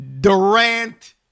Durant